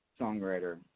songwriter